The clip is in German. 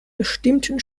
bestimmten